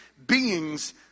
beings